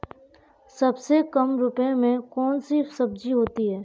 सबसे कम रुपये में कौन सी सब्जी होती है?